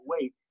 wait